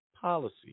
policy